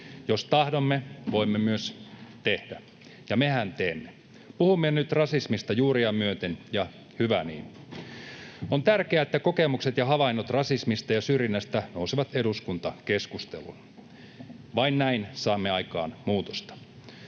Jos tahdomme, voimme myös tehdä — ja mehän teemme. Puhumme nyt rasismista juuria myöten, ja hyvä niin. On tärkeää, että kokemukset ja havainnot rasismista ja syrjinnästä nousevat eduskuntakeskusteluun. Vain näin saamme aikaan muutosta.